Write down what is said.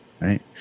right